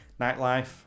Nightlife